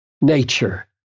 nature